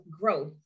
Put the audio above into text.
growth